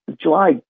July